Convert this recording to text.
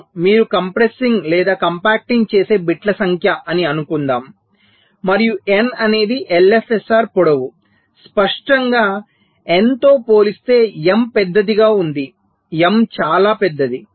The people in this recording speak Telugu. m మీరు కంప్రెస్సింగ్ లేదా కంపాక్టింగ్ చేసే బిట్ల సంఖ్య అని అనుకుంటాము మరియు n అనేది LFSR పొడవు స్పష్టంగా n తో పోలిస్తే m పెద్దదిగా ఉంటుంది m చాలా పెద్దది